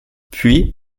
puis